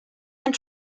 and